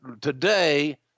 today